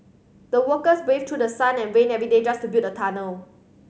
the workers braved through sun and rain every day just to build the tunnel